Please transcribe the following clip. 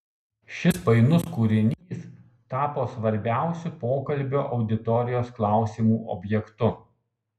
šis painus kūrinys tapo svarbiausiu pokalbio auditorijos klausimų objektu